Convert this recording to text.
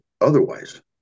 otherwise